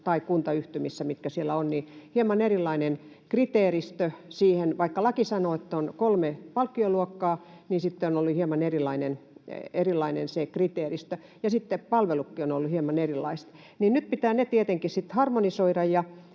tai kuntayhtymässä, on ollut hieman erilainen kriteeristö siihen. Vaikka laki sanoo, että on kolme palkkioluokkaa, niin sitten on ollut hieman erilainen se kriteeristö, ja sitten palvelutkin ovat olleet hieman erilaiset, ja nyt ne pitää tietenkin sitten harmonisoida.